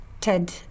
Ted